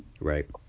right